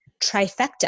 trifecta